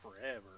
forever